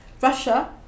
Russia